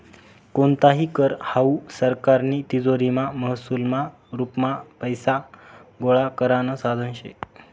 कोणताही कर हावू सरकारनी तिजोरीमा महसूलना रुपमा पैसा गोळा करानं साधन शे